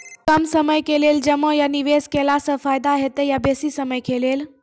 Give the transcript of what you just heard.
कम समय के लेल जमा या निवेश केलासॅ फायदा हेते या बेसी समय के लेल?